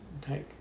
take